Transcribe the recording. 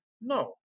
no